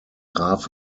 graf